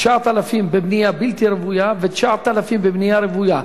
9,000 בבנייה בלתי רוויה ו-9,000 בבנייה רוויה.